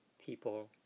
people